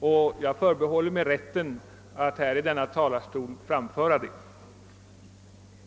Vidare förbehåller jag mig rätten att i denna talarstol framföra denna mening.